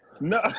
No